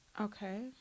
Okay